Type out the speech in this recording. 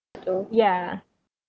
yeah